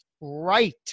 right